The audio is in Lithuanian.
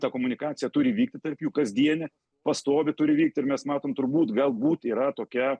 ta komunikacija turi vykti tarp jų kasdienė pastovi turi vykt ir mes matom turbūt galbūt yra tokia